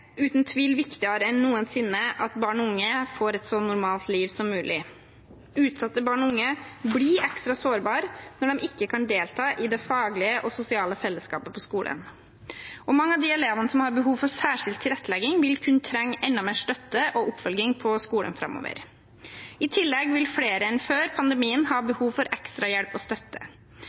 uten tvil viktigere enn noensinne at barn og unge får et så normalt liv som mulig. Utsatte barn og unge blir ekstra sårbare når de ikke kan delta i det faglige og sosiale fellesskapet på skolen. Mange av elevene som har behov for særskilt tilrettelegging, vil kunne trenge enda mer støtte og oppfølging på skolen fremover. I tillegg vil flere enn før pandemien ha behov for ekstra hjelp og støtte.